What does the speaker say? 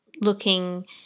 looking